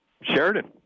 Sheridan